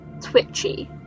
twitchy